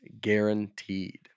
guaranteed